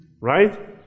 Right